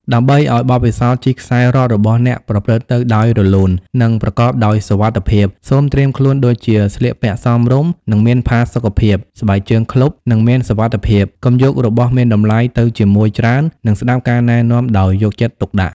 ដើម្បីឱ្យបទពិសោធន៍ជិះខ្សែរ៉ករបស់អ្នកប្រព្រឹត្តទៅដោយរលូននិងប្រកបដោយសុវត្ថិភាព សូមត្រៀមខ្លួនដូចជាស្លៀកពាក់សមរម្យនិងមានផាសុកភាព ស្បែកជើងឃ្លុប និងមានសុវត្ថិភាព កុំយករបស់មានតម្លៃទៅជាមួយច្រើន និងស្ដាប់ការណែនាំដោយយកចិត្តទុកដាក់។